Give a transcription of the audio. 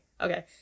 Okay